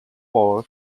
for